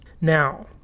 Now